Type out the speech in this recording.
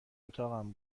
اتاقم